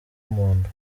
munda